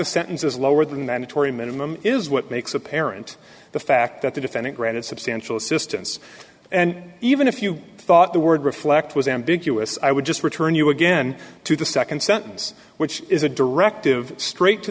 the sentence is lower than than a tory minimum is what makes apparent the fact that the defendant granted substantial assistance and even if you thought the word reflect was ambiguous i would just return you again to the second sentence which is a directive straight to